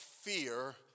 fear